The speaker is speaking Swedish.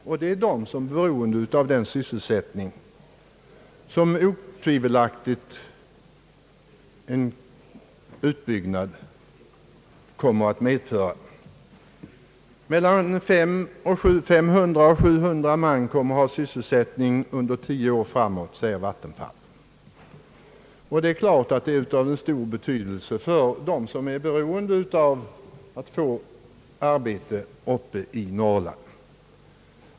Det gäller dem som är helt beroende av den sysselsättning som en utbyggnad otvivelaktigt kommer att imedföra. Mellan 500 och 700 man kommer att få sysselsättning under tio år framåt, säger vattenfallsverket. Detta är givetvis av stor betydelse för dem som är beroende av att få arbete uppe i Norrland.